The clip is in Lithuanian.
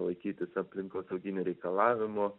laikytis aplinkosauginių reikalavimų